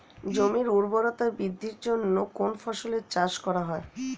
জমির উর্বরতা বৃদ্ধির জন্য কোন ফসলের চাষ করা হয়?